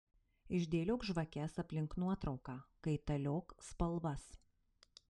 išdėliok žvakes aplink nuotrauką kaitaliok spalvas